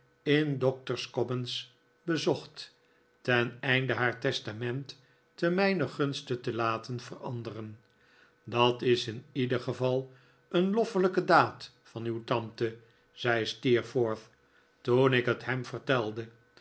in doctor's commons bezocht ten einde haar testament te mijnen gunste te laten veranderen dat is in ieder geval een loffelijke daad van uw tante zei steerforth toen ik het hem vertelde